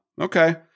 Okay